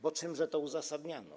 Bo czymże to uzasadniano?